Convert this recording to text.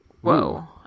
Whoa